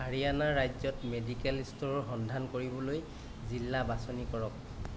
হাৰিয়ানা ৰাজ্যত মেডিকেল ষ্ট'ৰৰ সন্ধান কৰিবলৈ জিলা বাছনি কৰক